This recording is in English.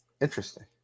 Interesting